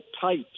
tight